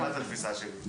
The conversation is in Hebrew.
את יודעת את התפיסה שלי.